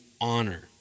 honor